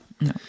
No